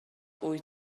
wyt